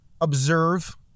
observe